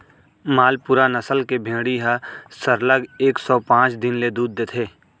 मालपुरा नसल के भेड़ी ह सरलग एक सौ पॉंच दिन ले दूद देथे